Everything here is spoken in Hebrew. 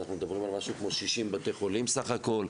אנחנו מדברים על משהו כמו 60 בתי חולים בסך הכול.